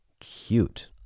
Cute